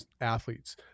athletes